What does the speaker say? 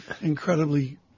incredibly